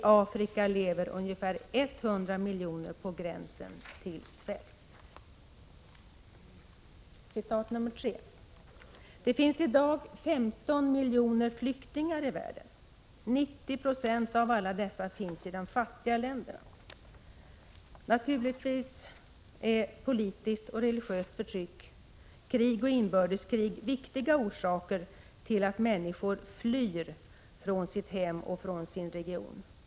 I Afrika lever ungefär 100 miljoner människor på gränsen till svält.” I ett annat uttalande heter det: ”Det finns i dag 15 miljoner flyktingar i världen. 90 96 av alla dessa finns i de fattiga länderna.” Naturligtvis är politiskt och religiöst förtryck, krig och inbördeskrig viktiga orsaker till att människor flyr från sitt hem och från sin region.